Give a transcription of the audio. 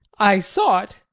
i saw it,